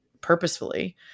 purposefully